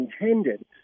intended